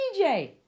DJ